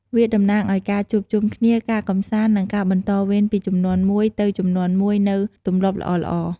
វាតំណាងឱ្យការជួបជុំគ្នា ការកម្សាន្ត និងការបន្តវេនពីជំនាន់មួយទៅជំនាន់មួយនូវទម្លាប់ល្អៗ។